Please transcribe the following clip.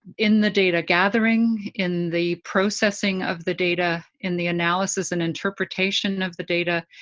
in the data gathering, in the processing of the data, in the analysis and interpretation of the data,